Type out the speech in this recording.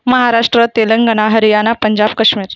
Maharashtra Telangana Haryana Punjab Kashmir